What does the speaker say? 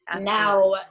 now